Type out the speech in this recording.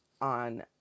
on